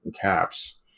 Caps